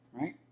right